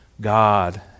God